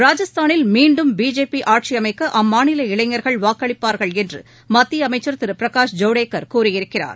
ராஜஸ்தானில் மீண்டும் பிஜேபி ஆட்சி அமைக்க அம்மாநில இளைஞர்கள் வாக்களிப்பார்கள் என்று மத்திய அமைச்சர் திரு பிரகாஷ் ஜவ்டேகர் கூறியிருக்கிறார்